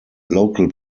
local